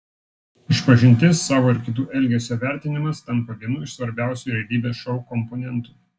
išpažintis savo ir kitų elgesio vertinimas tampa vienu iš svarbiausių realybės šou komponentų